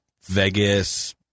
Vegas